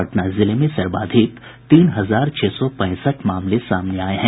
पटना जिले में सर्वाधिक तीन हजार छह सौ पैंसठ मामले सामने आये हैं